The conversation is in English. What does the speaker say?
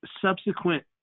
subsequent